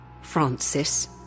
Francis